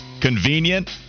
Convenient